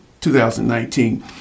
2019